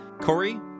Corey